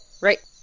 Right